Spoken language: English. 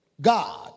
God